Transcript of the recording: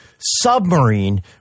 submarine